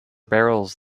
barrels